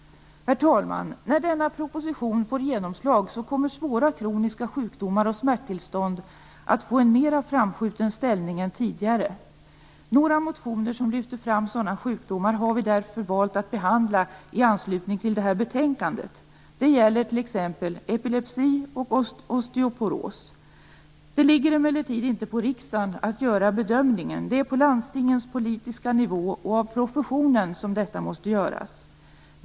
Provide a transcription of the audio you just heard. Herr talman! När denna proposition får genomslag kommer svåra kroniska sjukdomar och smärttillstånd att få en mer framskjuten ställning än tidigare. Några motioner som lyfter fram sådana sjukdomar har vi därför valt att behandla i anslutning till detta betänkande. Det gäller t.ex. epilepsi och osteoporos. Det ligger emellertid inte på riksdagen att göra bedömningen. Det är på landstingens politiska nivå och av den medicinska professionen som detta måste göras.